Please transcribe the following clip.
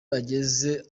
ageze